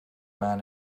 man